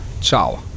Ciao